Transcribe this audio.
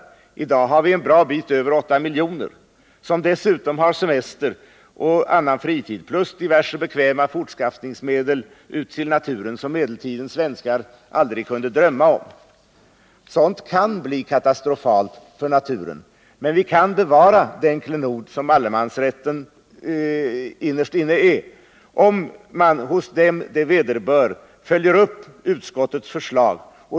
I dag har vi en bra bit över 8 miljoner. Dessutom har dessa semester och annan fritid plus diverse bekväma fortskaffningsmedel för att ta sig ut till naturen på ett sätt som medeltidens svenskar aldrig kunde drömma om. Sådant kan bli katastrofalt för naturen, men vi kan bevara den klenod som allemansrätten innerst inne är, om man hos dem det vederbör följer upp utskottets förslag.